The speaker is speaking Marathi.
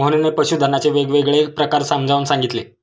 मोहनने पशुधनाचे वेगवेगळे प्रकार समजावून सांगितले